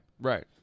right